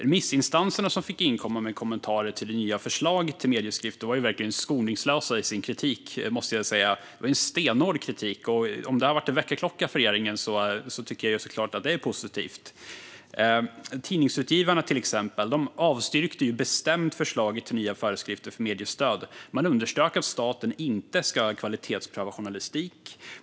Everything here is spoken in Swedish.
Remissinstanserna som fick inkomma med kommentarer till det nya förslaget till medieföreskrifter var verkligen skoningslösa i sin kritik. Det var en stenhård kritik. Om det har varit en väckarklocka för regeringen tycker jag såklart att det är positivt. Till exempel Tidningsutgivarna avstyrkte bestämt förslaget till nya föreskrifter för mediestöd och underströk att staten inte ska kvalitetspröva journalistik.